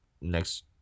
next